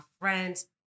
friends